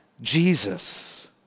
Jesus